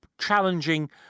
challenging